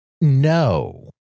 no